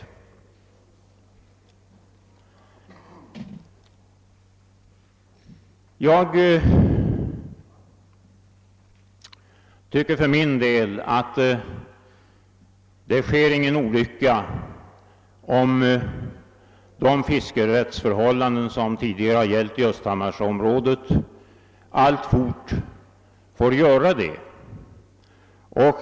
Jag tycker för min del att det inte sker någon olycka om de fiskerättsförhållanden som tidigare gällt i Östhammarsområdet alltfort får gälla.